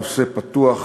נושא פתוח,